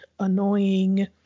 annoying